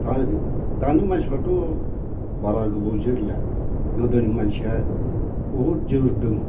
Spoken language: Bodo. दा दानि मानसिफ्राथ' बारा गोबाव जोरला गोदोनि मानसिया बहुद जोरदों